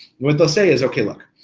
what they'll say is okay, look,